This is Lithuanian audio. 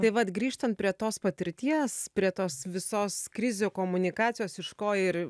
tai vat grįžtant prie tos patirties prie tos visos krizių komunikacijos iš ko ir